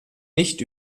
nicht